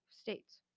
states